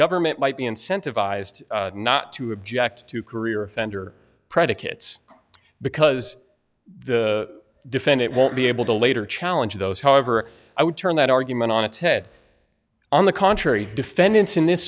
government might be incentivized not to object to career offender predicates because the defense it won't be able to later challenge those however i would turn that argument on its head on the contrary defendants in this